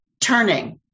turning